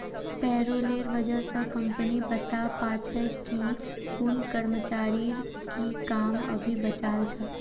पेरोलेर वजह स कम्पनी पता पा छे कि कुन कर्मचारीर की काम अभी बचाल छ